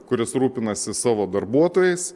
kuris rūpinasi savo darbuotojais